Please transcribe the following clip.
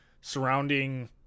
surrounding